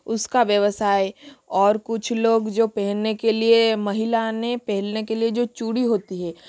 उसका व्यवसाय और कुछ लोग जो पहनने के लिए महिला ने पहनने के लिए जो चूड़ी होती है